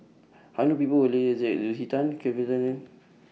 I know People Lucy Tan Kelvin Tan and